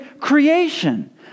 creation